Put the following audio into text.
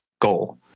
goal